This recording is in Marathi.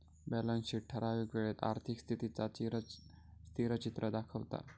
बॅलंस शीट ठरावीक वेळेत आर्थिक स्थितीचा स्थिरचित्र दाखवता